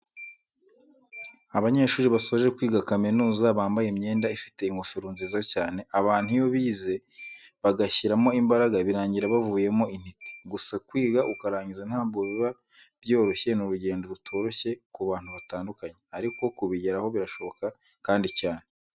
Abanyeshuri basoje kwiga kaminuza bambaye imyenda ifite ingofero nziza cyane, abantu iyo bize bagashyiramo imbaraga birangira bavuyemo intiti, gusa kwiga ukarangiza ntabwo biba byoroshye ni urugendo rutoroshye ku bantu batandukanye ariko kubigeraho birashoboka kandi cyane.